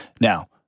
Now